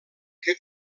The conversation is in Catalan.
que